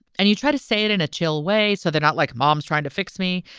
and you try to say it in a chill way. so they're not like moms trying to fix me.